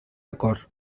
acord